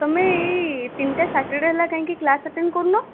ତୁମେ ଏଇ ତିନିଟା ସ୍ୟାଟର୍ଡ଼େ ହେଲା କାହିଁକି କ୍ଳାସ୍ ଆଟେଣ୍ଡ କରୁନ